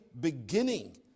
beginning